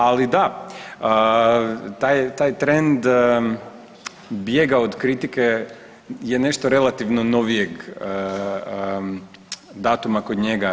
Ali da, taj trend bijega od kritike je nešto relativno novijeg datuma kod njega.